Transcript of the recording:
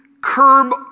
curb